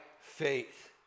faith